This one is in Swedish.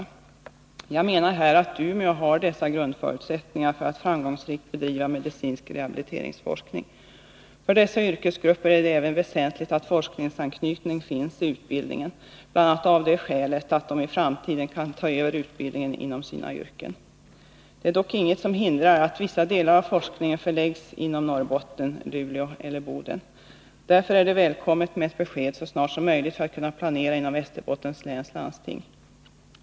I Jag menar att Umeå har de nödvändiga grundförutsättningarna för att framgångsrikt bedriva medicinsk rehabiliteringsforskning. För de aktuella yrkesgrupperna är det även väsentligt att anknytning till forskningen finns i utbildningen, bl.a. av det skälet att de i framtiden kan ta över utbildningen inom sina yrken. Det är dock inget som hindrar att vissa delar av forskningen förläggs till Norrbotten — Luleå eller Boden. Ett besked så snart som möjligt är välkommet, så att man kan planera inom Västerbottens läns landsting.